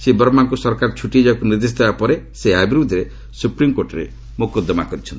ଶ୍ରୀ ବର୍ମାଙ୍କୁ ସରକାର ଛୁଟିରେ ଯିବାକୁ ନିର୍ଦ୍ଦେଶ ଦେବା ପରେ ସେ ଏହା ବିରୁଦ୍ଧରେ ସୁପ୍ରିମକୋର୍ଟରେ ମକଦ୍ଦମା କରିଛନ୍ତି